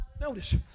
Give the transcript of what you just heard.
Notice